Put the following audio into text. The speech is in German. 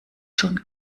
schon